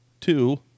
Two